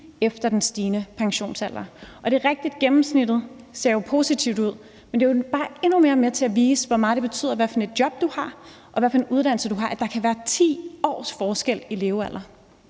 efter den stigende pensionsalder. Og det er rigtigt, at det i gennemsnit jo ser positivt ud, men det er bare i endnu højere grad med til at vise, hvor meget det betyder, hvad det er for et job, du har, og hvad det er for en uddannelse, du har, når der kan være 10 års forskel i levealder.